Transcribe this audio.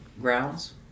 grounds